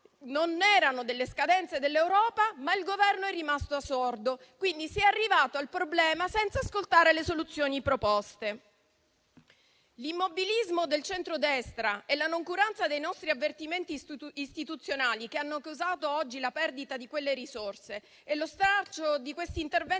non erano delle scadenze dell'Europa, ma il Governo è rimasto sordo; quindi si è arrivati al problema senza ascoltare le soluzioni proposte. L'immobilismo del centrodestra e la noncuranza rispetto ai nostri avvertimenti istituzionali hanno causato oggi la perdita di quelle risorse e lo stralcio di questi interventi